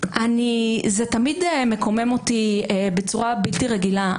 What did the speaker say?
זה תמיד מקומם אותי בצורה בלתי רגילה.